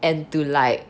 and to like